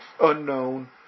unknown